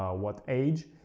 um what age,